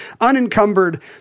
unencumbered